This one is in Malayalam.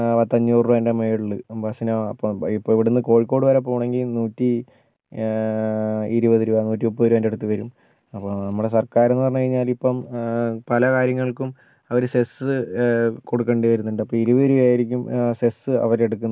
പത്തഞ്ഞൂറുവേൻറ്റ മുകളിൽ ബസിനാകും അപ്പം ഇപ്പോൾ ഇവിടുന്ന് കോഴിക്കോട് വരെ പോകണമെങ്കിൽ നൂറ്റി ഇരുപത് രൂപ നൂറ്റി മുപ്പത് രൂപൻറ്റെ അടുത്ത് വരും അപ്പോൾ നമ്മുടെ സർക്കാർ എന്ന് പറഞ്ഞു കഴിഞ്ഞാൽ ഇപ്പം പല കാര്യങ്ങൾക്കും അവർ സെസ് കൊടുക്കേണ്ടി വരുന്നുണ്ട് അപ്പോൾ ഇരുപത് രൂപ ആയിരിക്കും സെസ് അവർ എടുക്കുന്നത്